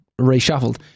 reshuffled